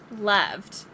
loved